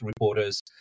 reporters